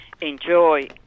enjoy